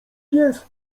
pies